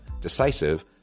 decisive